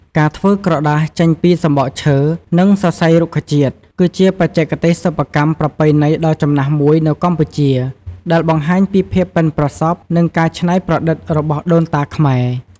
ការធ្វើក្រដាសចេញពីសំបកឈើ និងសរសៃរុក្ខជាតិ គឺជាបច្ចេកទេសសិប្បកម្មប្រពៃណីដ៏ចំណាស់មួយនៅកម្ពុជា ដែលបង្ហាញពីភាពប៉ិនប្រសប់ និងការច្នៃប្រឌិតរបស់ដូនតាខ្មែរ។